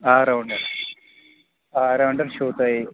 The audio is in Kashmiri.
آلراونڈَر آلراونڈَر چھُو تُہۍ